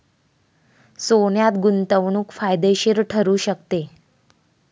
सोन्यात गुंतवणूक फायदेशीर ठरू शकते